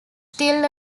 still